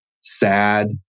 sad